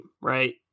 right